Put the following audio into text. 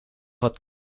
wat